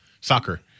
soccer